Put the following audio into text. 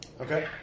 Okay